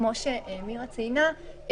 כמו שמירה ציינה,